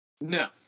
No